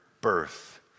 birth